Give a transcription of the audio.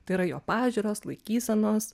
tai yra jo pažiūros laikysenos